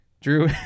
drew